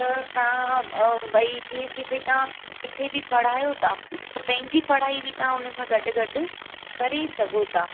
त तव्हां भई जीअं की भई तव्हां जिते बि पढ़ायो था त पंहिंजी पढ़ाई बि तव्हां उनसां गॾु गॾु करे सघो था